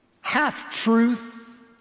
half-truth